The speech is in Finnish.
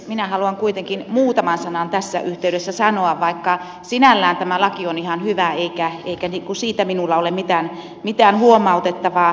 minä haluan kuitenkin muutaman sanan tässä yhteydessä sanoa vaikka sinällään tämä laki on ihan hyvä eikä siitä minulla ole mitään huomautettavaa